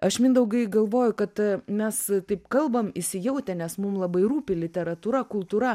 aš mindaugai galvoju kad mes taip kalbam įsijautę nes mum labai rūpi literatūra kultūra